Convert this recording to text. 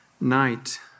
night